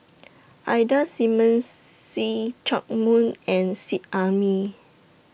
Ida Simmons See Chak Mun and Seet Ai Mee